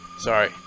Sorry